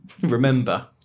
remember